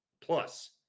plus